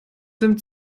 dem